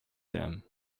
them